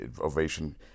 ovation